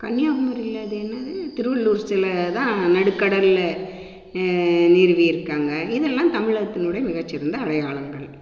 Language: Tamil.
கன்னியாகுமரியில் அது என்னது திருவள்ளுவர் சிலை தான் நடுக்கடலில் நிறுவி இருக்காங்க இதெல்லாம் தமிழகத்தினுடய மிகச்சிறந்த அடையாளங்கள்